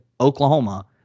Oklahoma